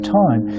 time